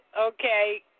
Okay